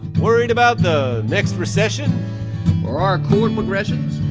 worried about the next recession or our chord progressions?